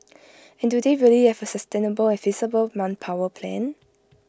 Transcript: and do they really have A sustainable and feasible manpower plan